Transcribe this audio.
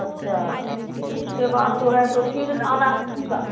अच्छा उसके बाद जो है तो फिर आना है पूसा